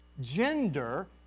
gender